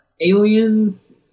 Aliens